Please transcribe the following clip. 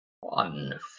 one